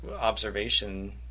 observation